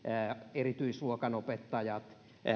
erityisluokanopettajat